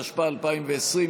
התשפ"א 2020,